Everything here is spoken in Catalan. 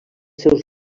seus